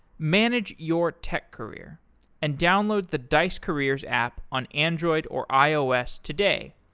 manage your tech career and download the dice careers app on android or ios today.